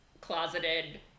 closeted